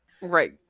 Right